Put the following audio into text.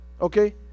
Okay